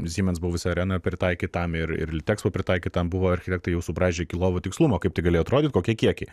siemens buvusią areną pritaikyt tam ir litexpo pritaikyt tam buvo architektai jau subraižę iki lovų tikslumo kaip tai galėjo atrodyt kokie kiekiai